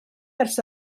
ers